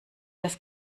das